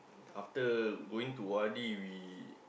after going to O_R_D we